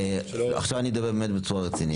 עכשיו אני מדבר באמת בצורה רצינית.